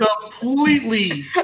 completely